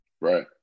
Right